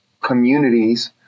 communities